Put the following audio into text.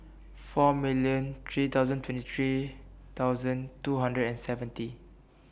four million three thousand twenty three thousand two hundred and seventy